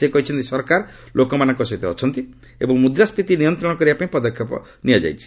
ସେ କହିଛନ୍ତି ସରକାର ଲୋକମାନଙ୍କ ସହିତ ଅଛନ୍ତି ଏବଂ ମୁଦ୍ରାସ୍କୀତି ନିୟନ୍ତ୍ରଣ କରିବାପାଇଁ ପଦକ୍ଷେପ ନିଆଯାଇଛି